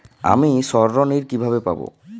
আমি স্বর্ণঋণ কিভাবে পাবো?